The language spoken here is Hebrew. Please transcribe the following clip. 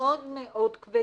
מאוד מאוד כבדה